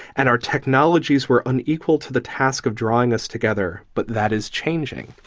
and our technologies were unequal to the task of drawing us together. but that is changing.